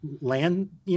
land